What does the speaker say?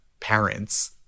parents